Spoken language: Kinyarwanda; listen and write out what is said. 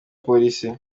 polisi